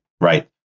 right